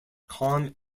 com